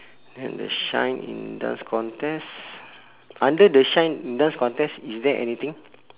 then the shine in dance contest under the shine in dance contest is there anything